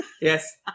yes